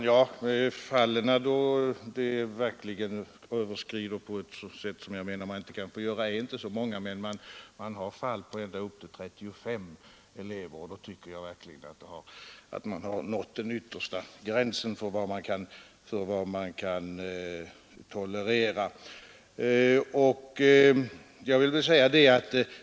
Herr talman! De fall där delningstalen överskrids på ett enligt min mening icke acceptabelt sätt är inte så många. Men det finns klasser på upp till 35 elever. Då tycker jag verkligen att man nått den yttersta gränsen för vad som kan tolereras.